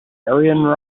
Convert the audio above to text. ariane